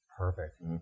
Perfect